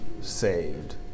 saved